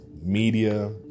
media